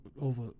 over